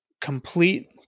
complete